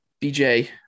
BJ